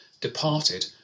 departed